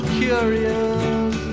curious